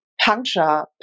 puncture